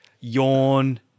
yawn